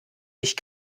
ich